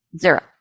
Zero